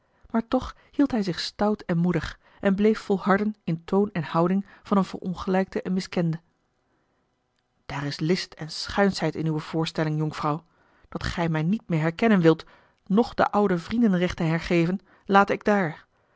maar toch hield hij zich stout en moedig en bleef volharden in toon en houding van een verongelijkte en miskende daar is list en schuinschheid in uwe voorstelling jonkvrouw dat gij mij niet meer herkennen wilt noch de oude vriendenrechten hergeven late ik daar